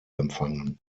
empfangen